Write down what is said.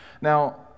Now